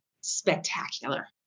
spectacular